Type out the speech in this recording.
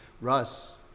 Russ